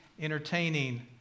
entertaining